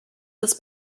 this